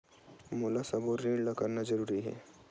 मोला सबो ऋण ला करना जरूरी हे?